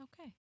Okay